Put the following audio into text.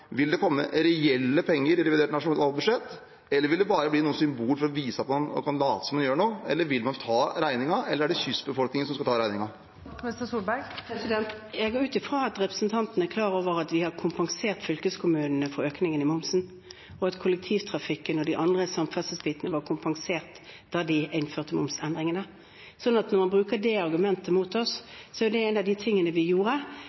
Vil det komme reelle penger i revidert nasjonalbudsjett, eller vil det bare bli noe symbolsk for å vise at man kan late som man gjør noe? Vil man ta regningen, eller er det kystbefolkningen som skal ta regningen? Jeg går ut fra at representanten er klar over at vi har kompensert fylkeskommunene for økningen i momsen, og at kollektivtrafikken og de andre samferdselsbitene var kompensert da de innførte momsendringene. Når man bruker det argumentet mot oss, er det en av de tingene vi gjorde